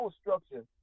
structure